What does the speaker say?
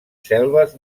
selves